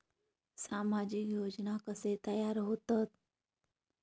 सामाजिक योजना कसे तयार होतत?